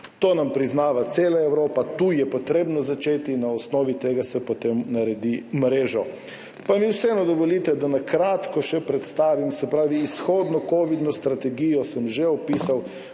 To nam priznava cela Evropa. Tu je potrebno začeti, na osnovi tega se potem naredi mrežo. Pa mi vseeno dovolite, da na kratko predstavim še, se pravi, izhodno kovidno strategijo sem že opisal,